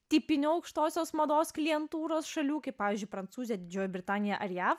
tipinių aukštosios mados klientūros šalių kaip pavyzdžiui prancūzija didžioji britanija ar jav